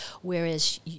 Whereas